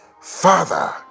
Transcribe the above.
Father